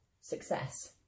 success